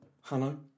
Hello